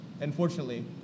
Unfortunately